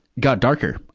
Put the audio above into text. got darker.